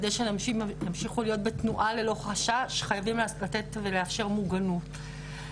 כדי שנשים ימשיכו להיות בתנועה ללא חשש חייבים לתת ולאפשר מוגנות.